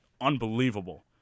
unbelievable